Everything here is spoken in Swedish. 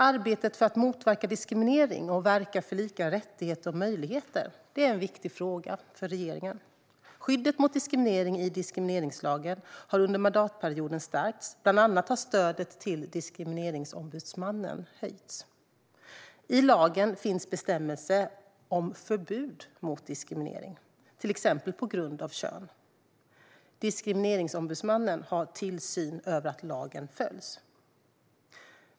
Arbetet för att motverka diskriminering och verka för lika rättigheter och möjligheter är en viktig fråga för regeringen. Skyddet mot diskriminering i diskrimineringslagen har under mandatperioden stärkts. Bland annat har stödet till Diskrimineringsombudsmannen höjts. I lagen finns bestämmelser om förbud mot diskriminering till exempel på grund av kön. Diskrimineringsombudsmannen har tillsyn över att lagen följs.